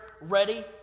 ready